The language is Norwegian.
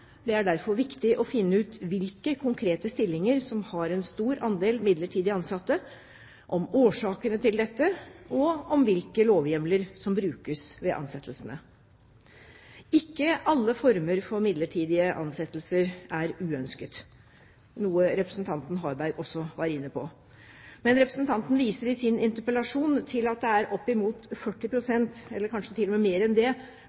Det er derfor viktig å finne ut hvilke konkrete stillinger som har en stor andel midlertidig ansatte, årsakene til dette, og hvilke lovhjemler som brukes ved ansettelsene. Ikke alle former for midlertidige ansettelser er uønskede, noe representanten Harberg også var inne på. Men representanten viser i sin interpellasjon til at det er opp i mot 40 pst., eller kanskje til og med mer enn det,